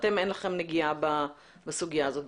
אין לכם נגיעה בסוגיה הזו בכלל.